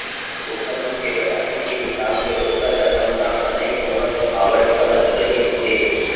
ओखर मन के बताती के हिसाब ले ओतका जादा मुनाफा नइ होवत हावय कहत रहिस हे